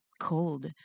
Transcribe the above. cold